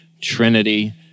trinity